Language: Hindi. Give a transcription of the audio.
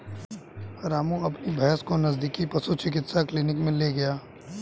रामू अपनी भैंस को नजदीकी पशु चिकित्सा क्लिनिक मे ले गया